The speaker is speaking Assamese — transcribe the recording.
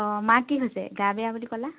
অঁ মা কি হৈছে গা বেয়া বুলি ক'লা